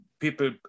people